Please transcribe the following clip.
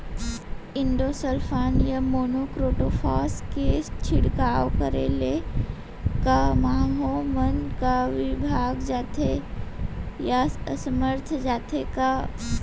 Endosulfan या monocrotophos के छिड़काव करे ले क माहो मन का विभाग जाथे या असमर्थ जाथे का?